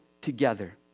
together